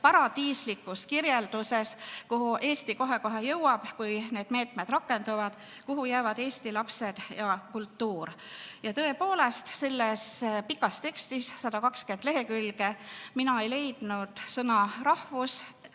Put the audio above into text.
paradiislikus kirjelduses, kuhu Eesti kohe-kohe jõuab, kui need meetmed rakenduvad, jäävad eesti lapsed ja kultuur. Ja tõepoolest, selles pikas tekstis, 120 lehekülge, mina ei leidnud sõna